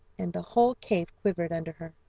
and the whole cave quivered under her.